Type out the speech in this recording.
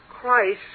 Christ